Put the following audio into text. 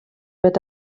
wird